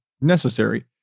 necessary